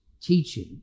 teaching